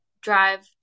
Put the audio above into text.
drive